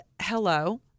Hello